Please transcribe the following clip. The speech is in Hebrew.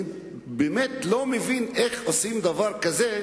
אני באמת לא מבין איך עושים דבר כזה,